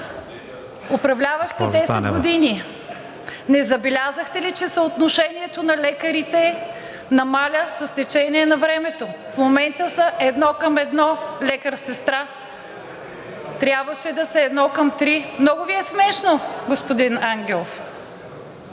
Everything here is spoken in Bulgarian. Управлявахте 10 години. Не забелязахте ли, че съотношението на лекарите намалява с течение на времето? В момента са 1:1 лекар – сестра. Трябваше да са 1:3. (Реплики.) Много Ви е смешно, господин Ангелов.